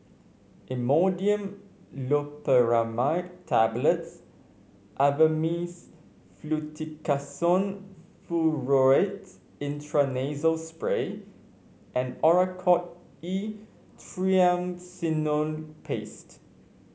Imodium Loperamide Tablets Avamys Fluticasone Furoate Intranasal Spray and Oracort E Triamcinolone Paste